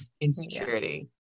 insecurity